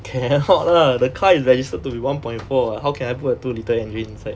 cannot lah the car is registered to be one point four how can I put a two litre engine inside